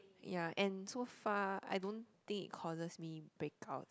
ya and so far I don't think it causes me breakouts